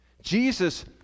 Jesus